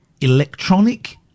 electronic